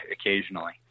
occasionally